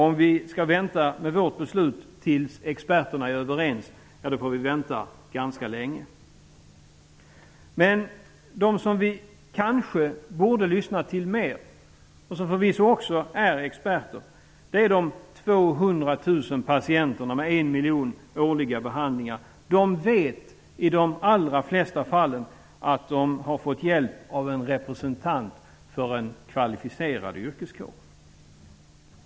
Om vi skall vänta med vårt beslut tills experterna är överens, då får vi vänta ganska länge. De som vi kanske borde lyssna till mera och som förvisso också är experter är de 200 000 patienterna som årligen undergår 1 miljon behandlingar. De vet att de i de allra flesta fall har fått hjälp av en representant för en kvalificerad yrkesgrupp.